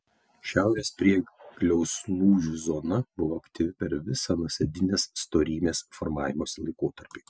šiaurės priegliaus lūžių zona buvo aktyvi per visą nuosėdinės storymės formavimosi laikotarpį